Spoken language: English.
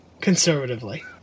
conservatively